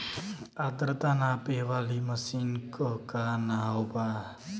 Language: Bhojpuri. आद्रता नापे वाली मशीन क का नाव बा?